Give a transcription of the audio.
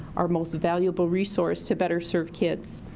our most valuable resource, to better serve kids.